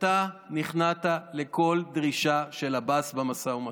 אתה נכנעת לכל דרישה של עבאס במשא ומתן.